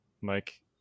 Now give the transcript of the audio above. Mike